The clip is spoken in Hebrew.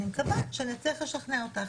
אני מקווה שאני אצליח לשכנע אותך.